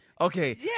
Okay